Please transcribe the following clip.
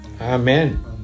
Amen